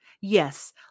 Yes